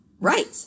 Right